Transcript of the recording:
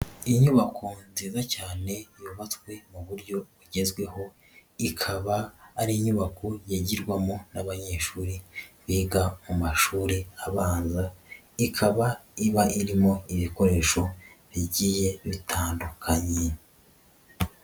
Iyi nyubako nziza cyane yubatswe mu buryo bugezweho, ikaba ari inyubako yigirwamo n'abanyeshuri biga mu mashuri abanza, ikaba iba irimo ibikoresho bigiye bitandukanye.